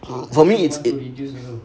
for me it's